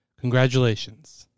Congratulations